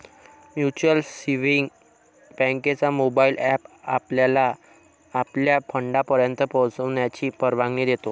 mutual savings बँकेचा mobile app आपल्याला आपल्या फंडापर्यंत पोहोचण्याची परवानगी देतो